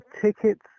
tickets